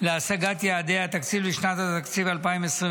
להשגת יעדי התקציב לשנת התקציב 2025)